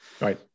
Right